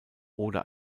oder